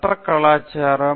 மற்ற கலாச்சாரம்